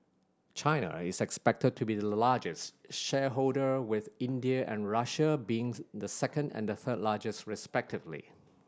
China is expected to be the largest shareholder with India and Russia being the second and third largest respectively